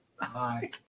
Bye